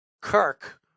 Kirk